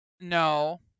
No